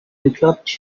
interrupt